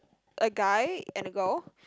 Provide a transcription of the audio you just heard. a guy and a girl